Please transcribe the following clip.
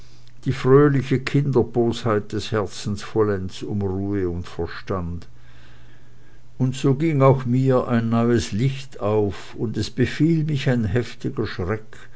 die fröhliche kinderbosheit des herzens vollends um ruhe und verstand und so ging auch mir ein neues licht auf und es befiel mich ein heftiger schreck